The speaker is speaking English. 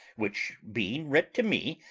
which, being writ to me,